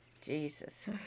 Jesus